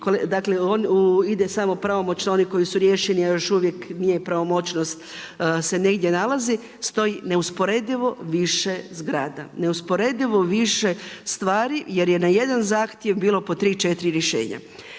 dakle ide samo pravomoćno oni koji su riješeni, a još uvijek nije pravomoćnost se negdje nalazi stoji neusporedivo više zgrada, neusporedivo više stvari jer je na jedan zahtjev bilo po 3,4 rješenja.